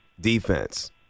Defense